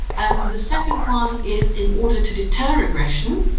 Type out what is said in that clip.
and the second one is in order to deter aggression,